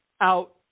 out